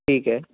ਠੀਕ ਹੈ